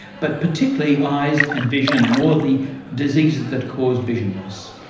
but particularly eyes and vision and all of the diseases that caused vision loss.